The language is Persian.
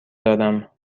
دارم